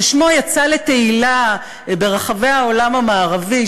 ששמו יצא לתהילה ברחבי העולם המערבי,